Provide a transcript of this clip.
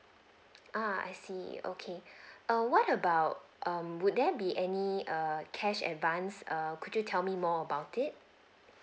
ah I see okay err what about um would there be any err cash advance err could you tell me more about it